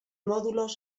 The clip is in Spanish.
módulos